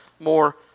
more